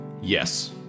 Yes